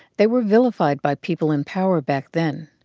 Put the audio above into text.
they were vilified by people in power back then.